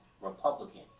Republican